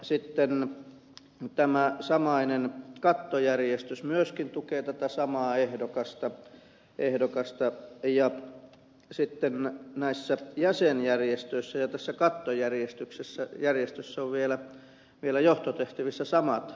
sitten tämä samainen kattojärjestö myöskin tukee tätä samaa ehdokasta ja sitten näissä jäsenjärjestöissä ja tässä kattojärjestössä ovat vielä johtotehtävissä samat henkilöt